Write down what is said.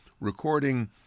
recording